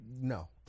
no